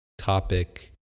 topic